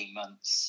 months